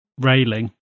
railing